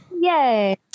Yay